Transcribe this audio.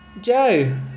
Joe